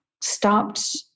stopped